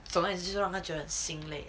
总而言之就让她觉得很心累